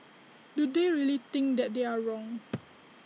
do they really think that they are wrong